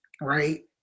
right